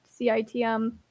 CITM